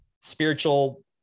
spiritual